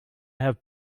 have